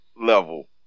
level